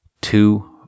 Two